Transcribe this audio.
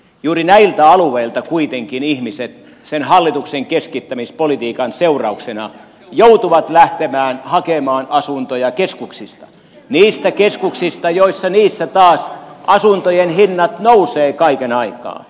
juuri näiltä alueilta kuitenkin ihmiset sen hallituksen keskittämispolitiikan seurauksena joutuvat lähtemään hakemaan asuntoja keskuksista niistä keskuksista joissa taas asuntojen hinnat nousevat kaiken aikaa